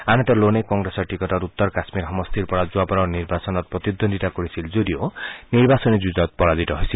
আনহাতে লোনে কংগ্ৰেছৰ টিকটত উত্তৰ কাশ্মীৰ সমষ্টিৰ পৰা যোৱাবাৰৰ নিৰ্বাচনত প্ৰতিদ্বন্দ্বিতা কৰিছিল যদিও নিৰ্বাচনী যুঁজত পৰাজিত হৈছিল